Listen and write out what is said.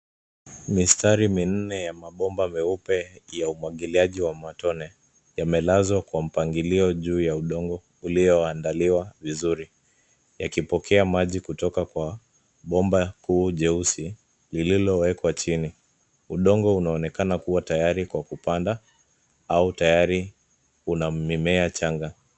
Mistari minne ya mabomba meupe ya umwangiliaji wa matone gyamelazwa kwa mpangilio juu ya udongo ulioandaliwa vizuri yakipokea maji kutoka kwa bomba kuu jeusi lililowekwa chini. Udongo unaonekana kuwa tayari kwa kupanda au tayari una mimea changa.